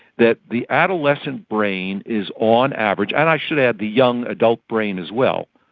that the adolescent brain is on average, and i should add the young adult brain as well,